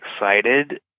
excited